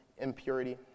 impurity